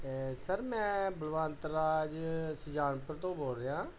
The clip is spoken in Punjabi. ਸਰ ਮੈਂ ਬਲਵੰਤ ਰਾਜ ਸੁਜਾਨਪੁਰ ਤੋਂ ਬੋਲ ਰਿਹਾ